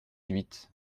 huit